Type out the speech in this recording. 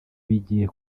bigiye